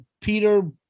Peter